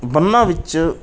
ਬੰਨਾਂ ਵਿੱਚ